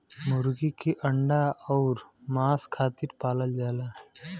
मुरगी के अंडा अउर मांस खातिर पालल जाला